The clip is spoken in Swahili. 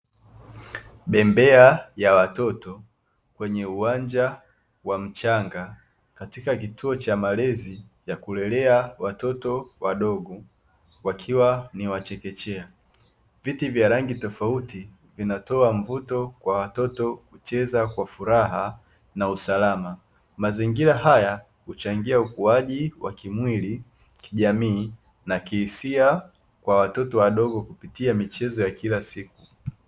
Bembea ya watoto kwenye uwanja wa mchanga katika kituo cha malezi ya kulelea watoto wa dogo wakiwa ni wa chekechea. Viti vya rangi tofauti vinatoa mvuto kwa watoto kucheza kwa furaha na usalama. Mazingira haya huchangia ukuaji wa kimwili, kijamii na kihisia kwa watoto wadogo kupitia michezo ya kila siku.